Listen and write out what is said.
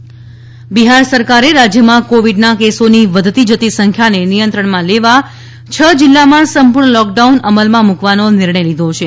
lockdown Bihar સરકારે રાજ્યમાં કોવિડના કેસોની વધતી જતી સંખ્યાને નિયંત્રણમાં લેવા છ જિલ્લામાં સંપૂર્ણ લૉકડાઉન અમલમાં મૂકવાનો નિર્ણય લીધો છે